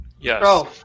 Yes